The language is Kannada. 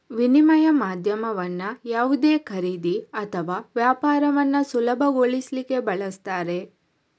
ವಿನಿಮಯ ಮಾಧ್ಯಮವನ್ನ ಯಾವುದೇ ಖರೀದಿ ಅಥವಾ ವ್ಯಾಪಾರವನ್ನ ಸುಲಭಗೊಳಿಸ್ಲಿಕ್ಕೆ ಬಳಸ್ತಾರೆ